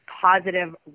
positive